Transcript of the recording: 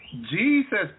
Jesus